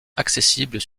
accessibles